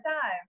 time